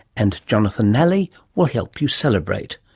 and jonathan nally will help you celebrate.